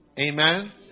Amen